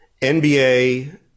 NBA